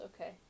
Okay